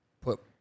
put